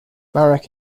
marek